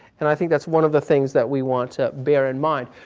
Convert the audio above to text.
and i think that's one of the things that we want to bear in mind.